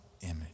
image